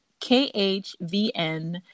KHVN